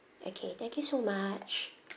okay thank you so much